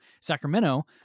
Sacramento